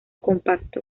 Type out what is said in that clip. compacto